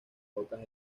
rocas